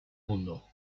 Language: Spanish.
mundo